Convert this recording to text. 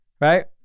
Right